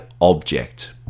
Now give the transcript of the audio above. object